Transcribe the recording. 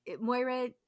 Moira